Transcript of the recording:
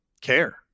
care